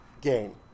gain